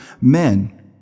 men